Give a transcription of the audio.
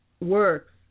works